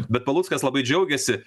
bet paluckas labai džiaugiasi